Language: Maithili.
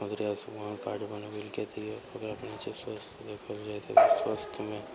मुख्यमन्त्री आयुषमान कार्ड बनबय लए गेल रहियै ओकरापर स्वास्थ्य देखल जाइ तऽ स्वास्थ्यमे